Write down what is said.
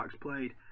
played